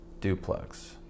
duplex